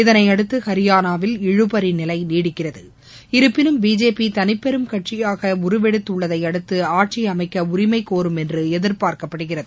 இதனையடுத்து ஹரியாளாவில் இழுபறி நிலை நீடிக்கிறது இருப்பினும் பிஜேபி தளிப்பெரும் கட்சியாக உருவெடுத்துள்ளதையடுத்து ஆட்சி அமைக்க உரிமை கோரும் என்று எதிர்பார்க்கப்படுகிறது